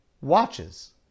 watches